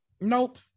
Nope